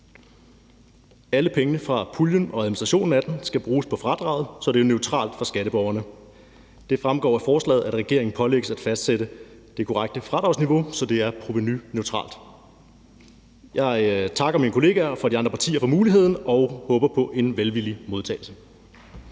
Alle pengene fra puljen og administrationen af den skal bruges på fradraget, så det er neutralt for skatteborgerne. Det fremgår af forslaget, at regeringen pålægges at fastsætte det korrekte fradragsniveau, så det er provenuneutralt. Jeg takker mine kollegaer fra de andre partier for muligheden og håber på en velvillig modtagelse.